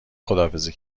خداحافظی